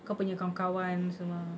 kau punya kawan-kawan semua